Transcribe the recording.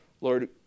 Lord